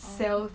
orh